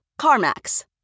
CarMax